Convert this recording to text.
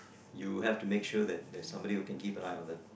you have to make sure that there there is someone who can keep an eye on them